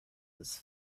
his